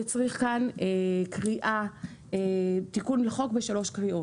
יצריך כאן תיקון לחוק בשלוש קריאות.